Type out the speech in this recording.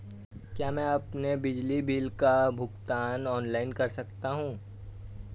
क्या मैं अपने बिजली बिल का भुगतान ऑनलाइन कर सकता हूँ?